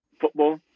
football